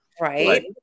Right